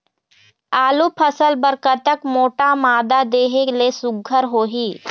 आलू फसल बर कतक मोटा मादा देहे ले सुघ्घर होही?